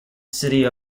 city